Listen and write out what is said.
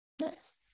Nice